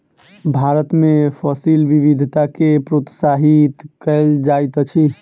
भारत में फसिल विविधता के प्रोत्साहित कयल जाइत अछि